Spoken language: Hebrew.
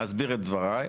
אסביר את דבריי.